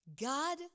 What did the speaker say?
God